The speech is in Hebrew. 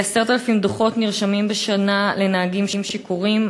כ-10,000 דוחות נרשמים בשנה לנהגים שיכורים,